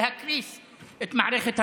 להקריס את מערכת המשפט,